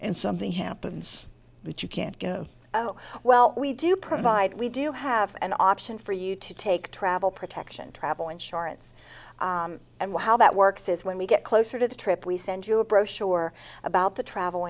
and something happens but you can't go oh well we do provide we do have an option for you to take travel protection travel insurance and well how that works is when we get closer to the trip we send you a brochure about the travel